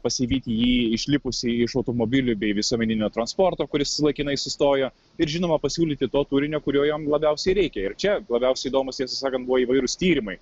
pasivyti jį išlipusį iš automobilių bei visuomeninio transporto kuris laikinai sustojo ir žinoma pasiūlyti to kūrinio kurio jam labiausiai reikia ir čia labiausiai įdomūs tiesą sakant buvo įvairūs tyrimai